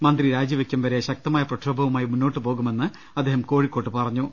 മന്ത്രി രാജിവെക്കും വരെ ശക്തമായ പ്രക്ഷോഭവുമായി മുന്നോട്ട് പോകുമെന്ന് അദ്ദേഹം കോഴിക്കോട്ട് അറിയിച്ചു